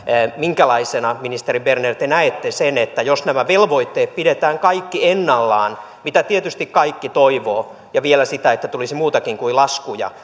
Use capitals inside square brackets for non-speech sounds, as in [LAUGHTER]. minkälaisena ministeri berner te näette sen että jos nämä velvoitteet pidetään kaikki ennallaan mitä tietysti kaikki toivovat ja vielä sitä että tulisi muutakin kuin laskuja [UNINTELLIGIBLE]